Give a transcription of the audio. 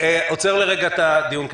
אני עוצר לרגע את הדיון,